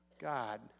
God